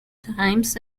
times